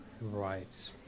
Right